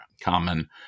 common